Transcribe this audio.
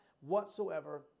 whatsoever